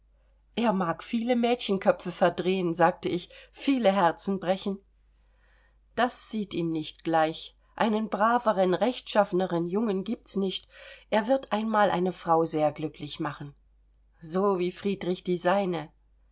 er mag viele mädchenköpfe verdrehen sagte ich viele herzen brechen das sicht ihm nicht gleich einen braveren rechtschaffeneren jungen giebt's nicht er wird einmal eine frau sehr glücklich machen so wie friedrich die seine